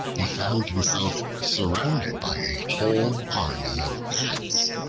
he found himself surrounded by a whole army of ants,